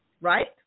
right